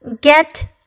get